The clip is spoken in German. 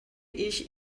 ich